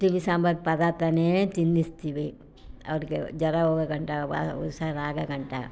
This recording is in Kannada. ತಿಳಿ ಸಾಂಬಾರು ಪದಾರ್ಥವೇ ತಿನ್ನಿಸ್ತೀವಿ ಅವ್ರಿಗೆ ಜರ ಹೋಗೋಗಂಟ ವಾ ಹುಷಾರಾಗೋಗಂಟ